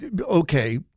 Okay